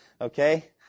Okay